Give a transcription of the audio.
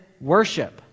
worship